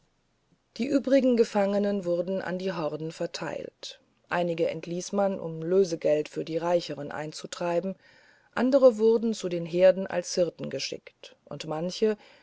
die übrigen gefangenen wurden an die horden verteilt einige entließ man um lösegeld für die reicheren einzutreiben andere wurden zu den herden als hirten geschickt und manche